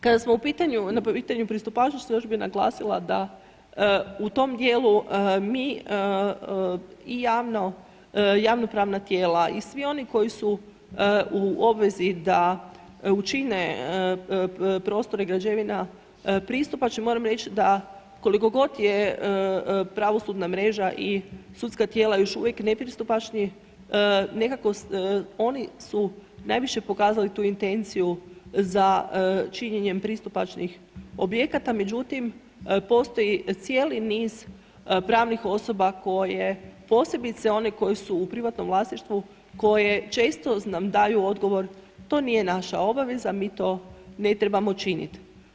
Kada smo na pitanju pristupačnosti, još bih naglasila da u tom dijelu mi i javno pravna tijela i svi oni koji su u obvezi da učine prostor i građevina pristupačnim, moram reć da koliko god je pravosudna mreža i sudska tijela još uvijek nepristupačni, nekako oni su najviše pokazali tu intenciju za činjenjem pristupačnih objekata, međutim, postoji cijeli niz pravnih osoba koje, posebice one koje su u privatnom vlasništvu, koje često nam daju odgovor, to nije naša obaveza, mi to ne trebamo činit.